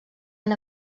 han